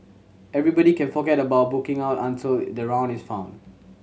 everybody can forget about booking out until the round is found